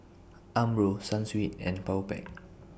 Umbro Sunsweet and Powerpac